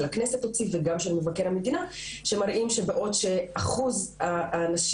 הכנסת הוציא וגם של מבקר המדינה שמראים שבעוד שאחוז הנשים